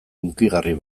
hunkigarri